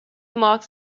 marks